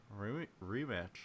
rematch